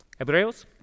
Hebreos